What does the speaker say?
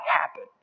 happen